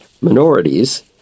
minorities